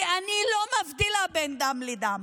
כי אני לא מבדילה בין דם לדם.